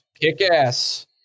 kick-ass